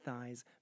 thighs